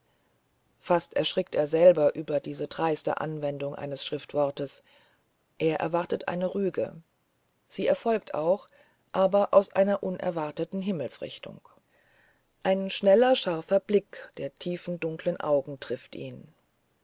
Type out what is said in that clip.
fast erschrickt er selber über diese dreiste anwendung eines schriftwortes er erwartet eine rüge sie erfolgt auch aber aus einer unerwarteten himmelsrichtung ein schneller scharfer blick der tiefen dunkeln augen trifft ihn